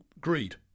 greed